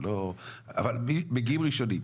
מגיעים ראשונים.